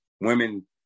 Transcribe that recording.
women